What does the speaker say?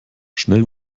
schnell